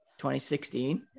2016